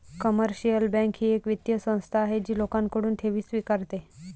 commercial bank ही एक वित्तीय संस्था आहे जी लोकांकडून ठेवी स्वीकारते